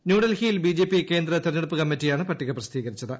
ന്യൂഡൽഹിയിൽ ബിജെപി കേന്ദ്ര തിരഞ്ഞെടുപ്പ് കമ്മിറ്റിയാണ് പട്ടിക പ്രസിദ്ധീകരിച്ചത്